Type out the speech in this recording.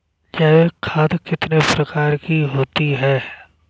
जैविक खाद कितने प्रकार की होती हैं?